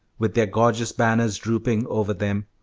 with their gorgeous banners drooping over them.